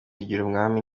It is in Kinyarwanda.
bigirumwami